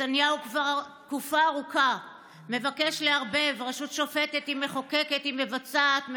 נתניהו כבר תקופה ארוכה מבקש לערבב רשות שופטת עם מחוקקת עם מבצעת,